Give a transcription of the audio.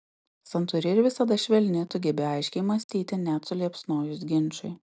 santūri ir visada švelni tu gebi aiškiai mąstyti net suliepsnojus ginčui